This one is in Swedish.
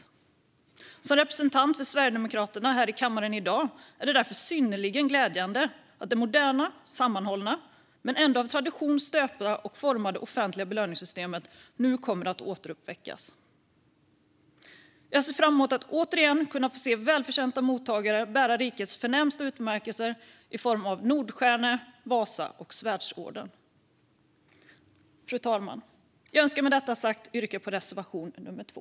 För mig som representant för Sverigedemokraterna här i kammaren i dag är det därför synnerligen glädjande att det moderna, sammanhållna men ändå av tradition stöpta och formade offentliga belöningssystemet nu kommer återuppväckas. Jag ser fram emot att återigen kunna få se välförtjänta mottagare bära rikets förnämsta utmärkelser i form av Nordstjärneorden, Vasaorden och Svärdsorden. Fru talman! Jag önskar med detta sagt yrka bifall till reservation nummer 2.